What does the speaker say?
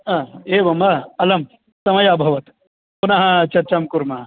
हा एवं वा अलं समयः अभवत् पुनः चर्चां कुर्मः